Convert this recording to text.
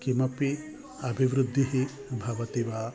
किमपि अभिवृद्धिः भवति वा